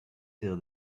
till